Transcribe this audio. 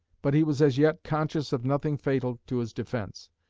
but he was as yet conscious of nothing fatal to his defence,